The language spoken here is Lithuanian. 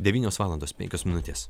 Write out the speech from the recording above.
devynios valandos penkios minutės